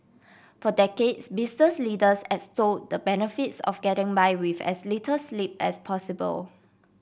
for decades business leaders extolled the benefits of getting by with as little sleep as possible